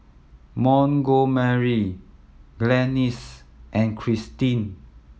Montgomery Glennis and Krystin